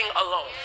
alone